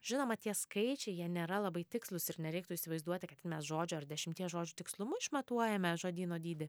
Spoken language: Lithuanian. žinoma tie skaičiai jie nėra labai tikslūs ir nereiktų įsivaizduoti kad mes žodžio ar dešimties žodžių tikslumu išmatuojame žodyno dydį